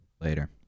Later